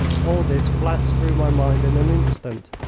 all this flashed through my mind in an instant,